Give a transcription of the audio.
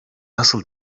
nasıl